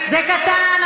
זה קטן.